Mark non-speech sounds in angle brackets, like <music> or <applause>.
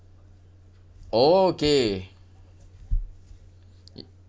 okay <noise>